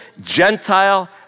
Gentile